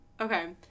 okay